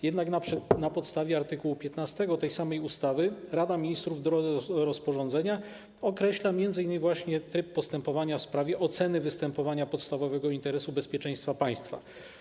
Jednak na podstawie art. 15 tej samej ustawy Rada Ministrów w drodze rozporządzenia określa m.in właśnie tryb postępowania w sprawie oceny występowania podstawowego interesu bezpieczeństwa państwa.